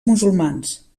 musulmans